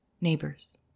Neighbors